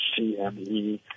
CME